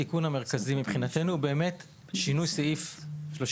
התיקון המרכזי מבחינתנו הוא שינוי סעיף 31,